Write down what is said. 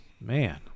Man